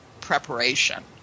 preparation